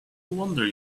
wonder